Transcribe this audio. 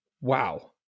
Wow